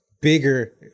bigger